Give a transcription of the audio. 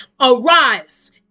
Arise